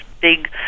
big